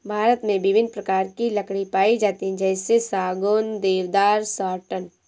भारत में विभिन्न प्रकार की लकड़ी पाई जाती है जैसे सागौन, देवदार, साटन